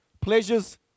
pleasures